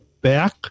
back